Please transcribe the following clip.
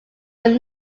were